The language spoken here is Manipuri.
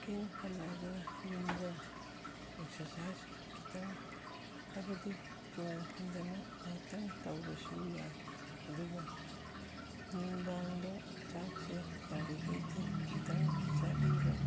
ꯋꯥꯛꯀꯤꯡ ꯍꯜꯂꯛꯑꯒ ꯌꯨꯝꯗ ꯑꯦꯛꯁꯔꯁꯥꯏꯁ ꯈꯤꯇꯪ ꯍꯥꯏꯕꯗꯤ ꯆꯣꯡ ꯐꯟꯗꯅ ꯉꯥꯛꯇꯪ ꯇꯧꯔꯁꯨ ꯌꯥꯏ ꯑꯗꯨꯒ ꯅꯨꯡꯗꯥꯡꯗ ꯆꯥꯛꯁꯦ ꯌꯥꯔꯤꯒꯩꯗꯤ ꯈꯤꯇꯪ ꯆꯥꯕꯤꯕ